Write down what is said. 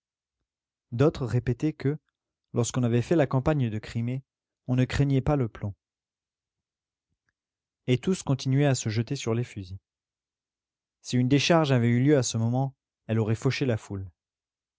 d'autres répétaient que lorsqu'on avait fait la campagne de crimée on ne craignait pas le plomb et tous continuaient à se jeter sur les fusils si une décharge avait eu lieu à ce moment elle aurait fauché la foule